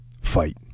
fight